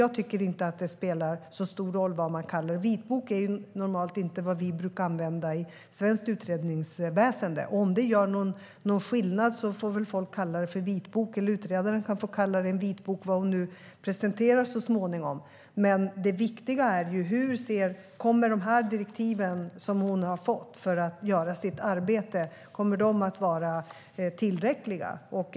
Jag tycker inte att det spelar så stor roll om man kallar det för vitbok eller inte. Vitbok är normalt inte en benämning som vi använder i svenskt utredningsväsen. Om det gör någon skillnad får väl folk kalla det för en vitbok, eller så får utredaren kalla det som hon så småningom presenterar för en vitbok. Det viktiga är att direktiven som hon fått för att utföra sitt arbete är tillräckliga.